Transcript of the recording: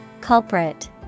Culprit